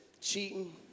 cheating